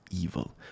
evil